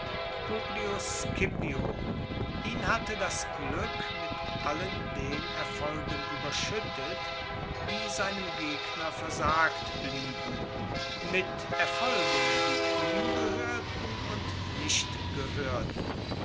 ihn hatte das glueck mit allen den erfolgen ueberschuettet die seinem gegner versagt blieben mit erfolgen die ihm gehoerten und nicht gehoerten